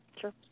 Sure